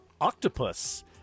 octopus